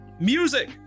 Music